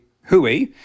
Hui